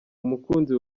umukunzi